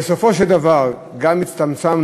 בסופו של דבר, גם הצטמצמנו